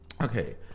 Okay